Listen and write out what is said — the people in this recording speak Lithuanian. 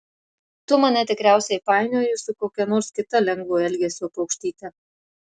tu mane tikriausiai painioji su kokia nors kita lengvo elgesio paukštyte